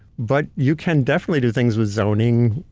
but you can definitely do things with zoning,